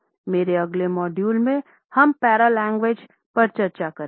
मेरे अगले मॉड्यूल में हम पैरालेंग्वेज पर चर्चा करेंगे